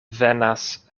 venas